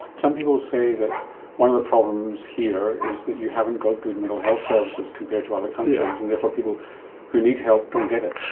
some people say that one of the problems here is that you haven't got good mental health services compared to other kind of yeah countries and therefore people who need help don't get it.